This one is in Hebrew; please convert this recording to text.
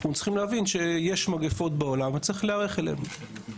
אנחנו צריכים להבין שיש מגיפות בעולם שצריך להיערך אליהן.